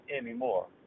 anymore